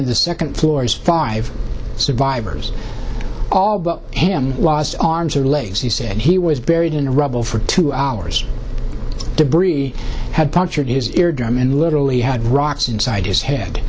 of the second floors five survivors all but him last arms or legs he said he was buried in the rubble for two hours debris had punctured is eardrum and literally had rocks inside his head